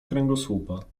kręgosłupa